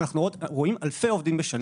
ואנחנו רואים אלפי עובדים בשנה.